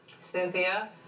Cynthia